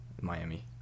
Miami